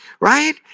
right